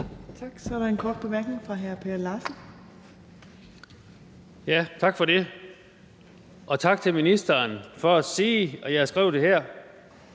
Tak. Så er der en kort bemærkning fra hr. Per Larsen. Kl. 20:03 Per Larsen (KF): Tak for det, og tak til ministeren for at sige, og jeg har skrevet det ned,